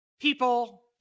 people